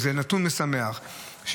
נתון משמח,